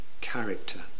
Character